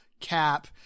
Cap